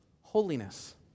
Holiness